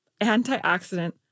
antioxidant